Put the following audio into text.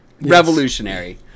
Revolutionary